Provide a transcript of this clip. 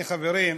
אני, חברים,